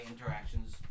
interactions